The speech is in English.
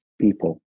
people